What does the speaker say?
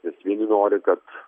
nes vieni nori kad